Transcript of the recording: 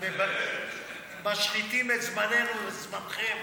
משחיתים את זממנו וזמנכם,